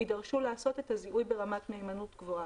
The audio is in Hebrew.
יהיה צורך לעשות את הזיהוי ברמת מהימנות גבוהה.